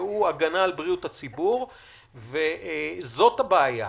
שהיא הגנה על בריאות הציבור וזאת הבעיה.